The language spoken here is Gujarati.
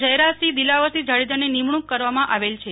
જયરાજસિંહ દિલાવરસિંહ જાડેજાની નિમણૂંક કરવામાં આવેલ છે